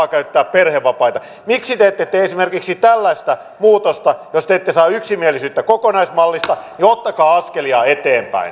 perhevapaita miksi te ette tee esimerkiksi tällaista muutosta jos te ette saa yksimielisyyttä kokonaismallista niin ottakaa askelia eteenpäin